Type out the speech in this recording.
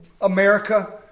America